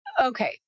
Okay